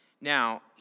Now